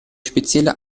spezielle